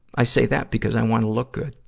i say that because i wanna look good.